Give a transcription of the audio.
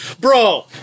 bro